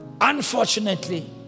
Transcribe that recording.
Unfortunately